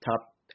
top